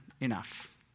enough